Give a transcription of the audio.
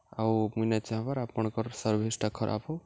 ଆଉ ମୁଇଁ ନାଇଁ ଚାହେଁବାର୍ ଆପଣ୍କର୍ ସର୍ଭିସ୍ଟା ଖରାପ ହଉ